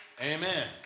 Amen